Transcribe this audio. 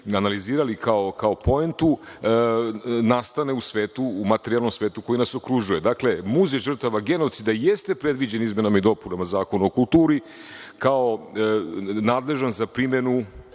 analizirali kao poentu nastane u materijalnom svetu koji nas okružuje. Dakle, Muzej žrtava genocida jeste predviđen izmenama i dopunama Zakona o kulturi kao nadležan za primenu